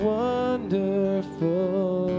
wonderful